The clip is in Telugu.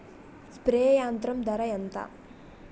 స్ప్రే యంత్రం ధర ఏంతా?